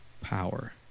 power